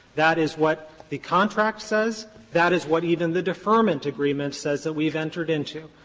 that is what the contract says, that is what even the deferment agreement says that we've entered into.